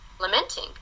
lamenting